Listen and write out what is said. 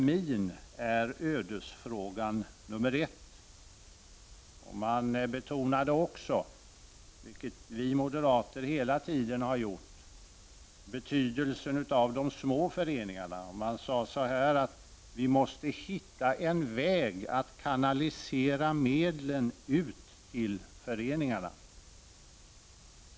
Man betonade också, vilket vi moderater hela tiden har gjort, betydelsen av de små föreningarna. Man sade att man måste finna en väg att kanalisera medlen ut till föreningarna.